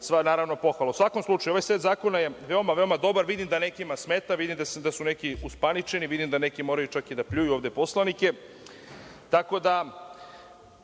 naravno.U svakom slučaju, ovaj set zakona je veoma dobar. Vidim da nekima smeta, vidim da su neki uspaničeni, vidim da neki moraju čak i da pljuju ovde poslanike. Tako da,